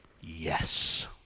Yes